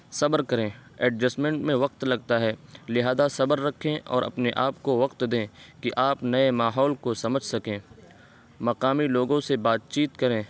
صبر کریں ایڈجسٹمینٹ میں وقت لگتا ہے لہٰذا صبر رکھیں اور اپنے آپ کو وقت دیں کہ آپ نئے ماحول کو سمجھ سکیں مقامی لوگوں سے بات چیت کریں